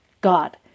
God